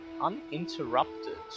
uninterrupted